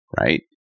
right